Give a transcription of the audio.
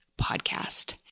podcast